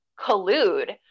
collude